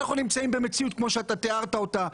אנחנו נמצאים במציאות כמו שאתה תיארת אותה,